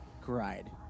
cried